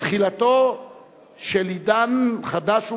את תחילתו של עידן חדש ומאיים,